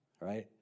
right